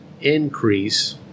increase